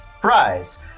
fries